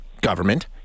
government